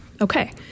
Okay